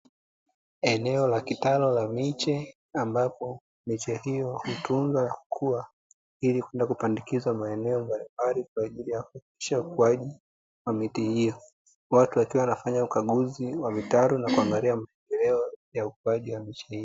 Eneo la kitalu la miche, ambapo miche hiyo hutunzwa na kukua ili kwenda kupandikizwa maeneo mbalimbali kwa ajili ya kupisha ukuwaji wa miti hiyo, watu wakiwa wanafanya ukaguzi wa vitalu na kuangalia maendeleo ya ukuwaji wa miche hiyo.